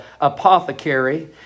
apothecary